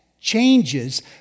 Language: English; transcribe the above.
changes